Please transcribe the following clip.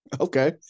Okay